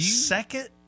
second